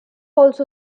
also